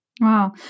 Wow